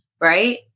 Right